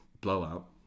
Blowout